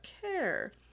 care